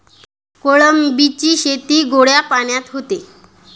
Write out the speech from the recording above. कोळंबीची शेती गोड्या पाण्यात होते